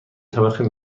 طبقه